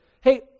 Hey